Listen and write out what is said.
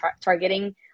targeting